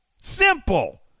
Simple